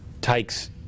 takes